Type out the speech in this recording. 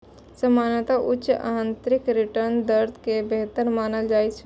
सामान्यतः उच्च आंतरिक रिटर्न दर कें बेहतर मानल जाइ छै